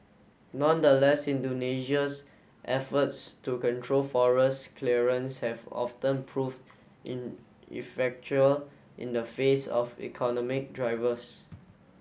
nonetheless Indonesia's efforts to control forest clearance have often proved ineffectual in the face of economic drivers